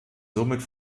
somit